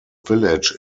village